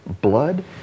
blood